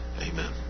Amen